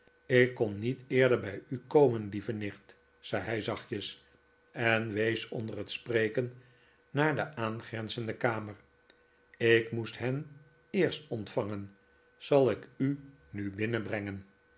ik kon niet eerder bij u komen lieve nicht zei hij zachtjes en wees onder het spreken naar de aangrenzende kamer ik moest hen eerst ontvangen zal ik u nu